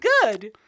good